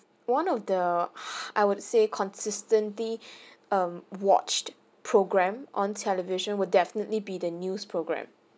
one of the I would say consistently um watched program on television would definitely be the news program